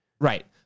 Right